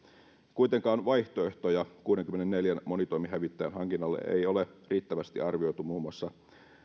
kuitenkaan vaihtoehtoja kuudenkymmenenneljän monitoimihävittäjän hankinnalle ei ole riittävästi arvioitu muun muassa